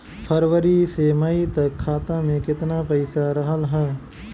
फरवरी से मई तक खाता में केतना पईसा रहल ह?